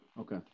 okay